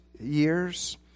years